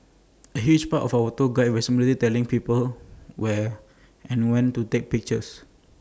A huge part of A tour guide's responsibilities telling people where and when to take pictures